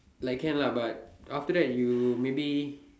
like can lah but after that you maybe